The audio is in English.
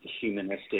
humanistic